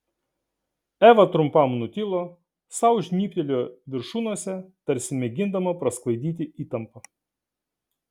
eva trumpam nutilo sau žnybtelėjo viršunosę tarsi mėgindama prasklaidyti įtampą